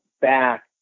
back